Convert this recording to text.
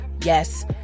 yes